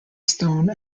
stone